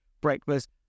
breakfast